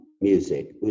music